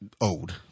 old